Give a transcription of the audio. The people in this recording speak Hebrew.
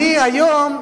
היום,